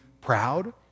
proud